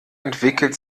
entwickelt